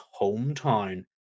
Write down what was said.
hometown